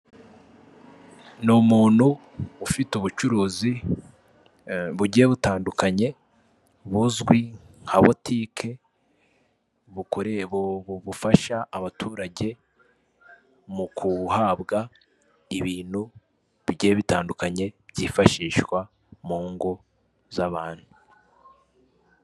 Ni umuntu ufite ubucuruzi bugiye butandukanye buzwi nka botike bukore bufasha abaturage mu kuwuhabwa ibintu bigiye bitandukanye byifashishwa mu ngo z'abantu.